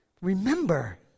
Remember